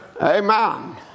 Amen